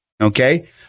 okay